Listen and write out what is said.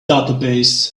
database